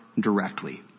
directly